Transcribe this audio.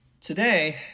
today